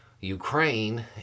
Ukraine